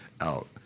out